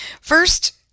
First